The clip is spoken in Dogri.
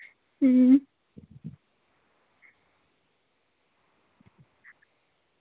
अं